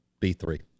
B3